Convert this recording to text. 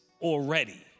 already